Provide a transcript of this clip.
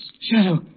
Shadow